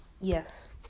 yes